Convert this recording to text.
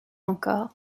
encore